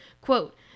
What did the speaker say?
quote